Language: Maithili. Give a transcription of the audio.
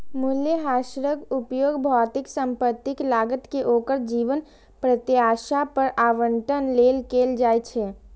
मूल्यह्रासक उपयोग भौतिक संपत्तिक लागत कें ओकर जीवन प्रत्याशा पर आवंटन लेल कैल जाइ छै